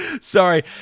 Sorry